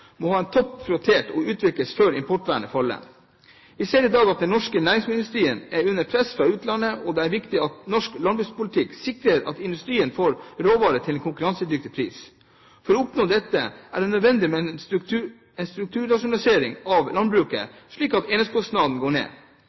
må ha topp prioritet og må utvikles før importvernet faller. Vi ser i dag at den norske næringsmiddelindustrien er under press fra utlandet, og det er viktig at den norske landbrukspolitikken sikrer at industrien får råvarer til en konkurransedyktig pris. For å oppnå dette er det nødvendig med en strukturrasjonalisering av landbruket, slik at enhetskostnadene går ned.